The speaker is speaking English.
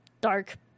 dark